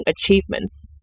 achievements